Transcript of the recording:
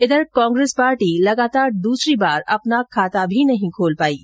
इधर कांग्रेस पार्टी लगातार दूसरी बार अपना खाता भी नहीं खोल पाई है